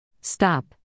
Stop